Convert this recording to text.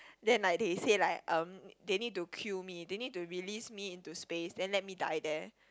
then like they said like um they need to kill me they need to release me into space then let me die there